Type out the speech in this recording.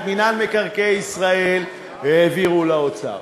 את מינהל מקרקעי ישראל העבירו לאוצר,